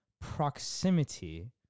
proximity